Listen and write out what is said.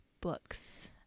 books